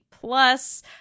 Plus